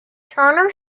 turner